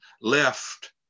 left